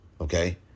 Okay